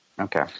Okay